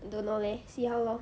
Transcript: don't know leh see how lor